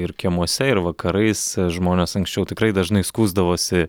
ir kiemuose ir vakarais žmonės anksčiau tikrai dažnai skųsdavosi